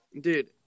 Dude